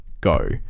go